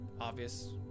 obvious